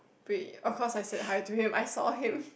wait of course I say hi to him I saw him